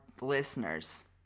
Listeners